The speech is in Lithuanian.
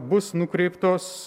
bus nukreiptos